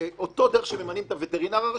אותה דרך שממנים את הווטרינר הראשי,